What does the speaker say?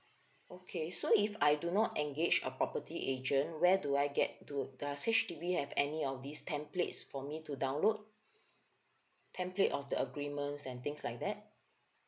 okay so if I do not engage a property agent where do I get do does H_D_B have any of these templates for me to download template of the agreements and things like that